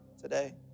today